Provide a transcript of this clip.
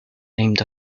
named